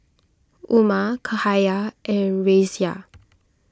Umar Cahaya and Raisya